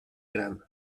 gran